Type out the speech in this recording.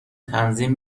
تنظیم